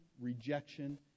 rejection